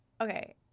Okay